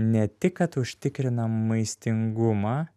ne tik kad užtikrinam maistingumą